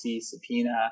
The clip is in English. subpoena